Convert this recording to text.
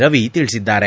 ರವಿ ತಿಳಿಸಿದ್ದಾರೆ